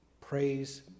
praise